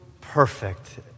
perfect